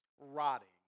rotting